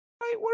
right